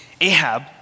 Ahab